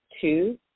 two